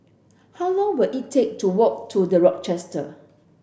how long will it take to walk to The Rochester